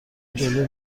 جلو